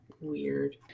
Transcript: weird